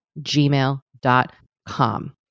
gmail.com